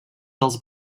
dels